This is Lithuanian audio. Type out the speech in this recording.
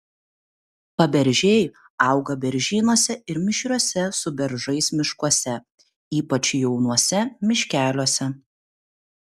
paberžiai auga beržynuose ir mišriuose su beržais miškuose ypač jaunuose miškeliuose